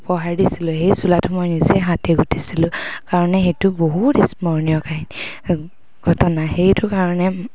উপহাৰ দিছিলোঁ সেই চোলাটো মই নিজে হাতে গুঠিছিলোঁ কাৰণে সেইটো বহুত স্মৰণীয় কাহিনী ঘটনা সেইটো কাৰণে